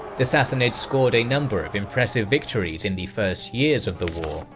the sassanids scored a number of impressive victories in the first years of the war,